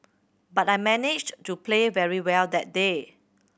but I managed to play very well that day